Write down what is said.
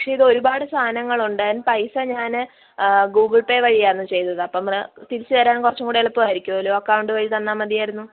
പക്ഷെ ഇതൊരുപാട് സാധനങ്ങൾ ഉണ്ട് അതിന് പൈസ ഞാന് ഗൂഗിൾ പേ വഴിയാണ് ചെയ്തത് അപ്പം തിരിച്ച് തരാൻ കുറച്ച് കൂടെ എളുപ്പവായിരിക്കുമല്ലോ അക്കൗണ്ട് വഴി തന്നാൽ മതിയാരുന്നു